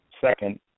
second